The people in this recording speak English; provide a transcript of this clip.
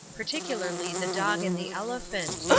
particularly the dog and the elephant.